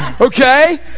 Okay